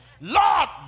Lord